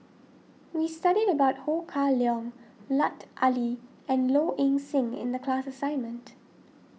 we studied about Ho Kah Leong Lut Ali and Low Ing Sing in the class assignment